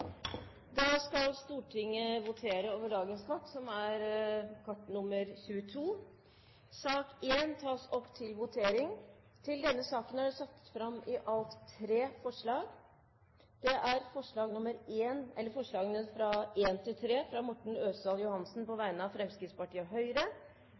da votere. Under debatten er det satt fram i alt tre forslag. Det er forslagene nr. 1–3, fra Morten Ørsal Johansen på